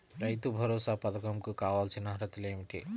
రైతు భరోసా పధకం కు కావాల్సిన అర్హతలు ఏమిటి?